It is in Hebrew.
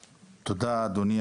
תודה, אדוני